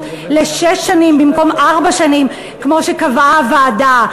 בשש שנים במקום בארבע שנים כמו שקבעה הוועדה,